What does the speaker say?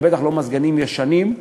ובטח לא מזגנים ישנים,